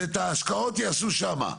ואת ההשקעות יעשו שם.